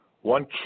one